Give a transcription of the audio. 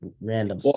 random